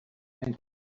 and